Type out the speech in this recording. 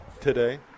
today